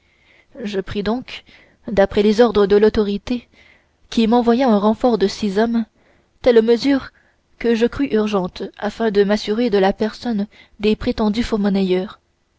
je pris donc d'après les ordres de l'autorité qui m'envoya un renfort de six hommes telles mesures que je crus urgentes afin de m'assurer de la personne des prétendus faux-monnayeurs